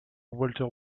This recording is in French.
walter